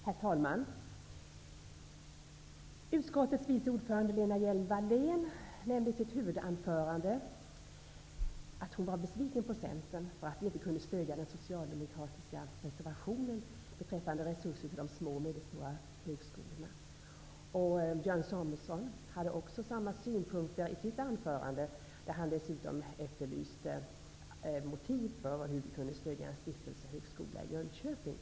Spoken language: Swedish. Herr talman! Utskottets vice ordförande Lena Hjelm-Wallén nämnde i sitt huvudanförande att hon var besviken på Centern för att vi inte stöder den socialdemokratiska reservationen beträffande resurser till de små och medelstora högskolorna. Björn Samuelson gav också uttryck för samma synpunkter i sitt anförande, där han dessutom efterlyste motiv till varför vi stöder en stiftelsehögskola i Jönköping.